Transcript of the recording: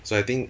so I think